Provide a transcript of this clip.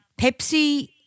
Pepsi